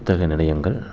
புத்தக நிலையங்கள்